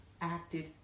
acted